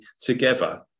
together